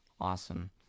awesome